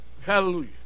Hallelujah